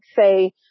say